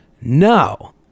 no